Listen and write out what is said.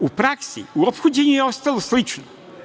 U praksi, u ophođenju je ostalo slično.